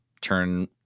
turn